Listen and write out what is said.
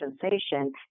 sensation